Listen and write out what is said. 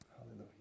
Hallelujah